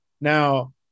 now